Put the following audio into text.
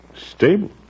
Stable